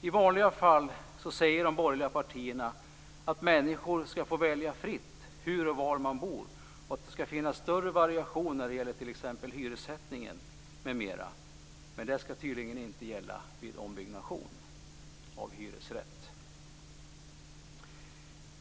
I vanliga fall säger de borgerliga partierna att människor ska få välja fritt hur och var de vill bo och att det ska finnas större variation när det gäller t.ex. hyressättning. Detta ska tydligen inte gälla vid ombyggnation av hyresrätt.